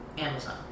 Amazon